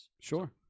sure